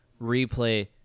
replay